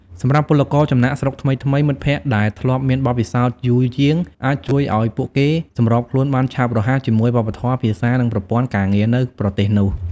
សម្រាប់ពលករចំណាកស្រុកថ្មីៗ មិត្តភក្តិដែលធ្លាប់មានបទពិសោធន៍យូរជាង អាចជួយឱ្យពួកគេសម្របខ្លួនបានឆាប់រហ័សជាមួយ វប្បធម៌ ភាសា និងប្រព័ន្ធការងារ នៅប្រទេសនោះ ។